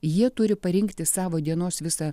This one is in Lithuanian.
jie turi parinkti savo dienos visą